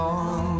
on